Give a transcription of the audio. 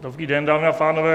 Dobrý den, dámy a pánové.